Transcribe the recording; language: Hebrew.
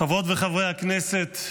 חברות וחברי הכנסת,